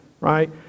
right